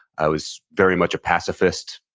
i was very much a pacifist,